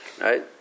right